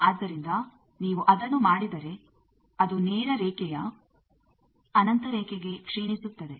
ಆದ್ದರಿಂದ ನೀವು ಅದನ್ನು ಮಾಡಿದರೆ ಅದು ನೇರ ರೇಖೆಯ ಅನಂತ ರೇಖೆಗೆ ಕ್ಷೀಣಿಸುತ್ತದೆ